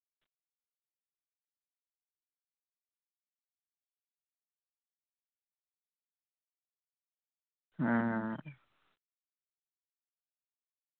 ᱦᱮᱸ